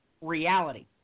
reality